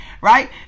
Right